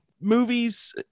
movies